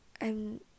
I'm-